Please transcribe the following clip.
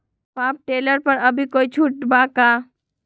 Power tiller पर अभी कोई छुट बा का?